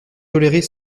tolérer